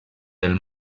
del